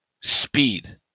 speed